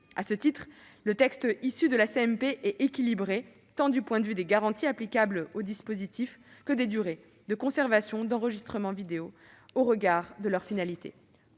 ce point, le texte issu de la CMP est équilibré, du point de vue tant des garanties applicables au dispositif que des durées de conservation des enregistrements vidéo au regard de leur finalité.